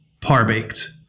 par-baked